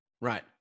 Right